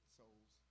souls